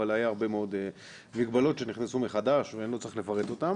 אבל היו הרבה מאוד מגבלות שנכנסו מחדש ואני לא צריך לפרט אותם.